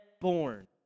born